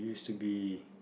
should be